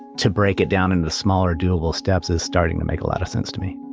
to break it down into smaller, doable steps is starting to make a lot of sense to me